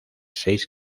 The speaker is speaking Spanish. seis